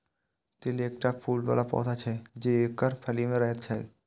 तिल एकटा फूल बला पौधा छियै, जे एकर फली मे रहैत छैक